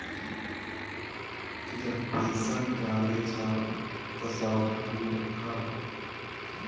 जब पईसा निकाले जा तअ सावधानी रखअ